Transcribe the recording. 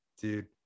dude